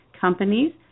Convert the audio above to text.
companies